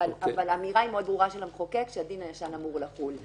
אבל האמירה היא מאוד ברורה של המחוקק שהדין הישן אמור לחול.